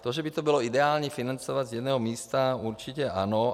To, že by to bylo ideální financovat z jednoho místa, určitě ano.